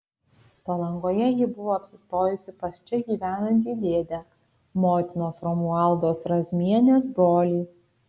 palangoje ji buvo apsistojusi pas čia gyvenantį dėdę motinos romualdos razmienės brolį